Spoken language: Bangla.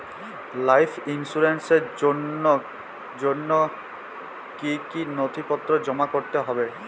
লাইফ ইন্সুরেন্সর জন্য জন্য কি কি নথিপত্র জমা করতে হবে?